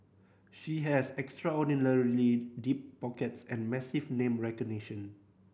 she has extraordinarily deep pockets and massive name recognition